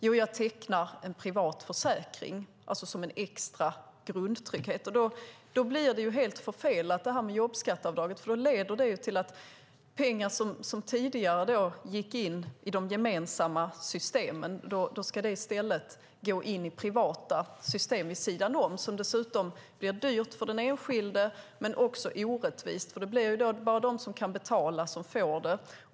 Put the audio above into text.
Jo, jag tecknar en privat försäkring som en extra grundtrygghet. Då blir jobbskatteavdraget helt förfelat. Det leder till att pengar som tidigare gick in i de gemensamma systemen i stället går in i privata system vid sidan om. Det blir dessutom dyrt för den enskilde och också orättvist. Det blir bara de som kan betala som får det.